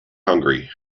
hungry